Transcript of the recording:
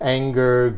anger